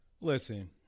Listen